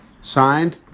Signed